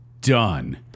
done